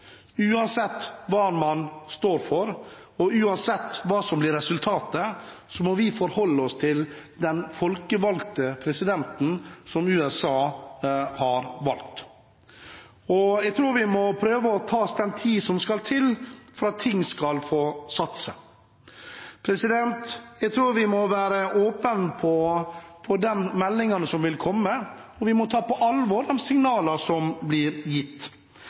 uansett hva man står for, og uansett hva som blir resultatet, må vi forholde oss til den folkevalgte presidenten som USA har valgt. Jeg tror vi må prøve å ta oss den tiden som skal til for at ting skal få satt seg. Jeg tror vi må være åpne når det gjelder de meldingene som vil komme, og vi må ta på alvor de signalene som blir gitt.